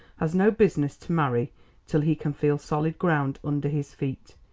has no business to marry till he can feel solid ground under his feet.